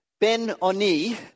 Ben-Oni